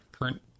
current